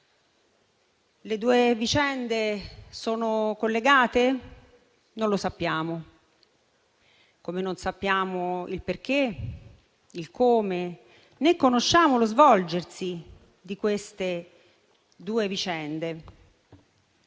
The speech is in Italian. Le due vicende sono collegate? Non lo sappiamo. Come non sappiamo il perché e il come, né conosciamo lo svolgersi di queste due vicende.